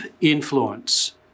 influence